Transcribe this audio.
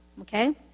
Okay